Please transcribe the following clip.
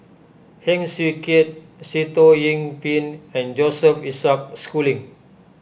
Heng Swee Keat Sitoh Yih Pin and Joseph Isaac Schooling